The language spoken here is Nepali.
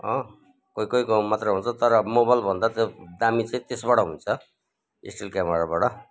कोही कोहीकोमा मात्रै हुन्छ तर मोबाइल भन्दा त दामी चाहिँ त्यसबाट हुन्छ स्टिल क्यामेराबाट